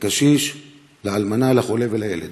לקשיש, לאלמנה, לחולה ולילד.